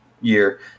year